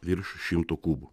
virš šimto kubų